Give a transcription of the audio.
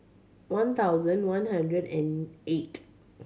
one thousand one hundred and eight